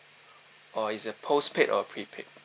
oh is a postpaid or prepaid